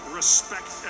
respect